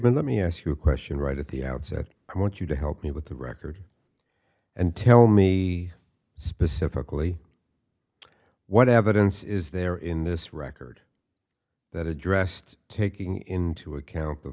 friedman let me ask you a question right at the outset i want you to help me with the record and tell me specifically what evidence is there in this record that addressed taking into account the